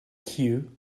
cue